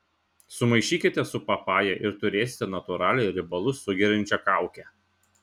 sumaišykite su papaja ir turėsite natūralią riebalus sugeriančią kaukę